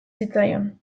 zitzaion